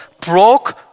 broke